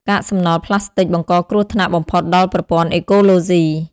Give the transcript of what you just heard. កាកសំណល់ប្លាស្ទិកបង្កគ្រោះថ្នាក់បំផុតដល់ប្រព័ន្ធអេកូឡូស៊ី។